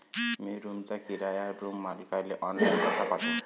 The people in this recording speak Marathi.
मी रूमचा किराया रूम मालकाले ऑनलाईन कसा पाठवू?